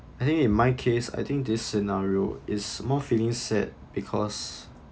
I think in my case I think this scenario is more feeling sad because